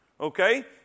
Okay